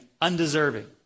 undeserving